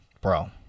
Bro